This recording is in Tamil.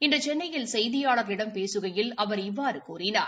இன்றுசென்னையில் செய்தியாளர்களிடம் பேசுகையில் அவர் இவ்வாறுகூறினார்